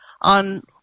on